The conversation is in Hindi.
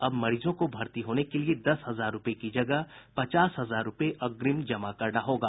अब मरीजों को भर्ती होने के लिए दस हजार रूपये की जगह पचास हजार रूपये अग्रिम जमा करना होगा